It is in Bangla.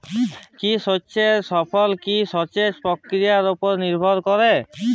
কোনো শস্যের ফলন কি জলসেচ প্রক্রিয়ার ওপর নির্ভর করে?